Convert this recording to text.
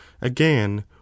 again